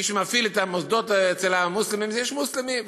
מי שמפעיל את המוסדות אצל המוסלמים הוא מוסלמי,